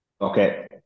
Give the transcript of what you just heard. Okay